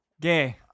gay